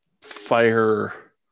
fire